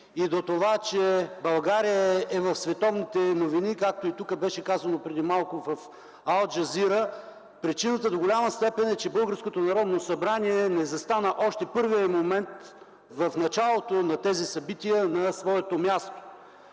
и до това, че България е в световните новини, както и тук беше казано преди малко – в „Ал Джазира”, причината до голяма степен е, че българското Народно събрание не застана още в първия момент, в началото на тези събития, на своето място.